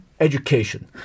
Education